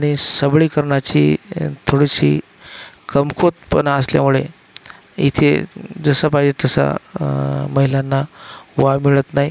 आणि सबळीकरणाची थोडीशी कमकुवतपणा असल्यामुळे इथे जसं पाहिजे तसा महिलांना वाव मिळत नाही